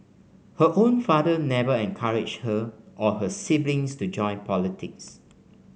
her own father never encouraged her or her siblings to join politics